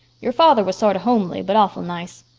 your father was sorter homely but awful nice.